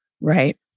Right